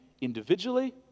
individually